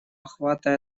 охвата